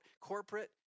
corporate